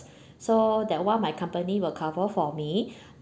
so that [one] my company will cover for me